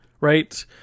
right